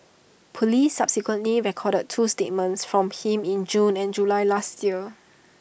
Police subsequently recorded two statements from him in June and July last year